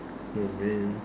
oh man